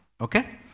Okay